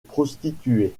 prostituées